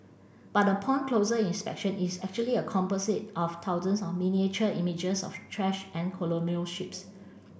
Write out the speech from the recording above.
but upon closer inspection is actually a composite of thousands of miniature images of trash and colonial ships